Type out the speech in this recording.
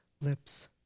lips